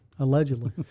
Allegedly